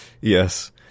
Yes